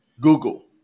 Google